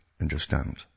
Understand